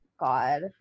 God